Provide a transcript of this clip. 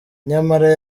nyamara